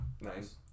nice